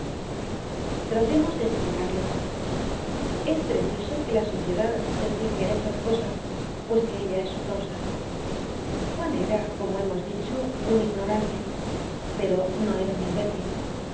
tratemos de esplicarlo es preciso que la sociedad se fije en estas cosas pues que ella es su causa juan era como hemos dicho un ignorante pero no era un imbécil